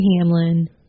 Hamlin